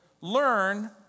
learn